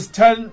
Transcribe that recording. ten